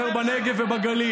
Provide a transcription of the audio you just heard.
רק, יש לכם.